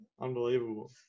unbelievable